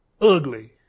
Ugly